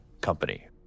company